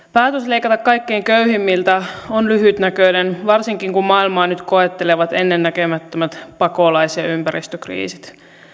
leikata kaikkein köyhimmiltä on lyhytnäköinen varsinkin kun maailmaa nyt koettelevat ennennäkemättömät pakolais ja ja ympäristökriisit